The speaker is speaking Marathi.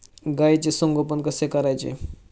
गाईचे संगोपन कसे करायचे?